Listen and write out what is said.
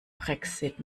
brexit